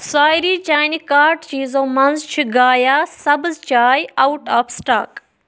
sorry, چانہِ cart چیٖزو مَنٛز چھ گایا سبٕز چاے اوُٹ آف سٹاک